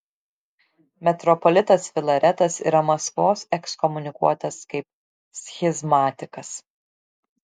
metropolitas filaretas yra maskvos ekskomunikuotas kaip schizmatikas